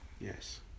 Yes